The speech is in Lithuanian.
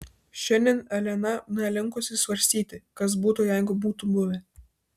šiandien elena nelinkusi svarstyti kas būtų jeigu būtų buvę